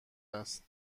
است